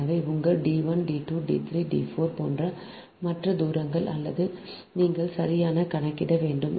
எனவே உங்கள் d 1 d 2 d 3 d 4 போன்ற மற்ற தூரங்கள் அல்லது நீங்கள் சரியாக கணக்கிட வேண்டும்